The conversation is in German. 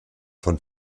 von